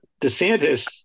DeSantis